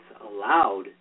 allowed